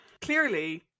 clearly